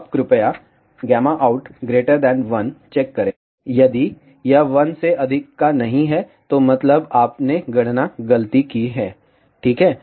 अब कृपयाout1चेक करें यदि यह 1 से अधिक का नहीं है तो मतलब आपने गणना गलती की है ठीक है